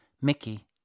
Mickey